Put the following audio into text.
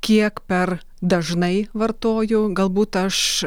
kiek per dažnai vartoju galbūt aš